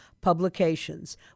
publications